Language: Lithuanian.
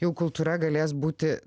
jau kultūra galės būti